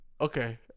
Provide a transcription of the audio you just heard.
okay